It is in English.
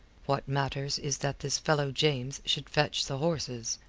what matters is that this fellow james should fetch the horses.